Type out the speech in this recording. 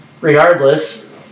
regardless